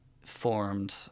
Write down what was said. formed